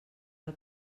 del